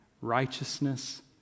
righteousness